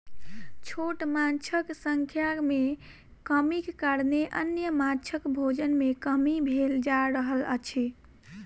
छोट माँछक संख्या मे कमीक कारणेँ अन्य माँछक भोजन मे कमी भेल जा रहल अछि